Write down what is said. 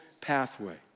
pathway